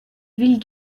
ville